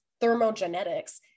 thermogenetics